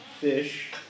fish